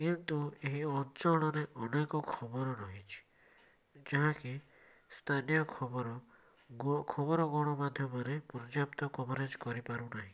କିନ୍ତୁ ଏହି ଅଞ୍ଚଳରେ ଅନେକ ଖବର ରହିଛି ଯାହାକି ସ୍ଥାନୀୟ ଖବର ଗୋ ଖବର ଗଣମାଧ୍ୟମରେ ପର୍ଯ୍ୟାପ୍ତ କଭରେଜ କରିପାରୁନାହିଁ